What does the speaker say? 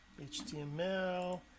HTML